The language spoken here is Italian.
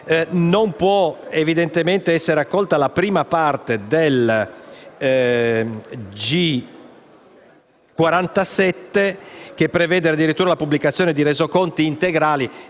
Non può evidentemente essere accolta la prima parte dell'ordine del giorno G47, che prevede addirittura la pubblicazione di resoconti integrali.